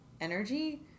energy